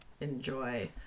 enjoy